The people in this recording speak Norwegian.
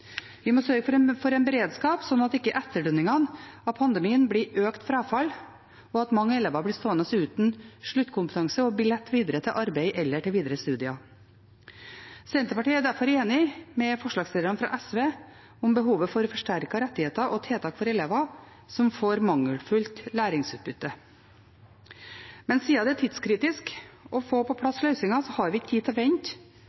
Vi må sørge for en beredskap, slik at ikke etterdønningene av pandemien blir økt frafall og at mange elever blir stående uten sluttkompetanse og billett videre til arbeid eller videre studier. Senterpartiet er derfor enig med forslagsstillerne fra SV om behovet for forsterkede rettigheter og tiltak for elever som får mangelfullt læringsutbytte. Men siden det er tidskritisk å få på